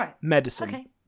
medicine